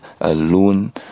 alone